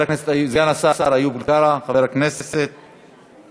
סגן השר חבר הכנסת איוב קרא, שלוש